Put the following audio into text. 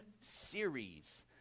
series